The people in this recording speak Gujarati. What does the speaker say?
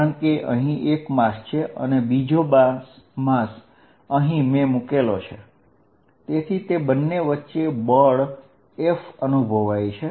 કારણ કે અહીં એક માસ છે અને બીજો માસ અહીં મેં મુકેલો છે તેથી તે બંને વચ્ચે બળ F અનુભવાય છે